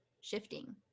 shifting